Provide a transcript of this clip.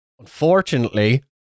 Unfortunately